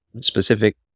specific